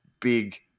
big